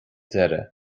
deireadh